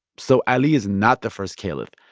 so ali is not the first caliph.